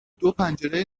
دوپنجره